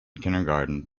kindergarten